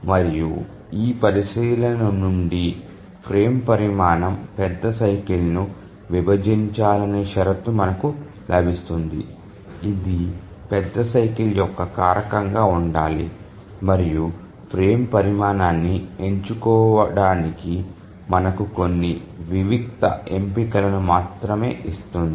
మరియు ఈ పరిశీలన నుండి ఫ్రేమ్ పరిమాణం పెద్ద సైకిల్ ను విభజించాలనే షరతు మనకు లభిస్తుంది ఇది పెద్ద సైకిల్ యొక్క కారకంగా ఉండాలి మరియు ఫ్రేమ్ పరిమాణాన్ని ఎంచుకోవడానికి మనకు కొన్ని వివిక్త ఎంపికలను మాత్రమే ఇస్తుంది